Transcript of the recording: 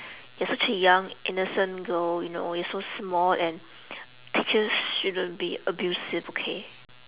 you're such a young innocent girl you know you're so small and teachers shouldn't be abusive okay